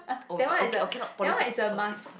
oh but okay oh cannot politics politics cannot